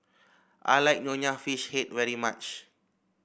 I like Nonya Fish Head very much